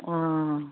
অঁ